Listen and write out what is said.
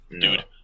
dude